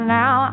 now